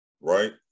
right